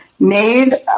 Made